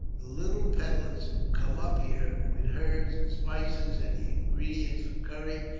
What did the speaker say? the little peddlers who come up here with herbs, and spices, and the ingredients for curry,